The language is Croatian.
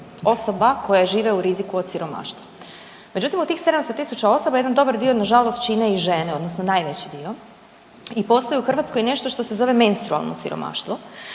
osoba koje žive u riziku od siromaštva. Međutim, od tih 700.000 osoba jedan dobar dio nažalost čine i žene odnosno najveći dio i postoji u Hrvatskoj nešto što se zove menstrualno siromaštvo.